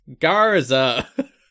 Garza